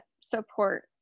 support